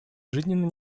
жизненно